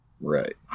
right